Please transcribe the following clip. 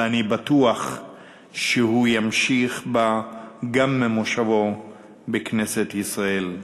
ואני בטוח שהוא ימשיך בה גם ממושבו בכנסת ישראל.